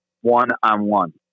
one-on-one